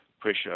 pressure